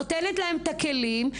נותנת להם את הכלים,